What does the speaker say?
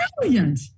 brilliant